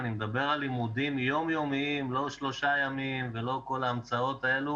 אני מדבר על לימודים יומיומיים לא שלושה ימים ולא כל ההמצאות האלה